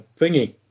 Thingy